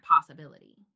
possibility